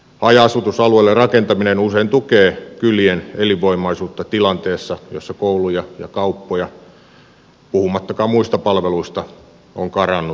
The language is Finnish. haja asutusalueille rakentaminen usein tukee kylien elinvoimaisuutta tilanteessa jossa kouluja ja kauppoja puhumattakaan muista palveluista on karannut keskuksiin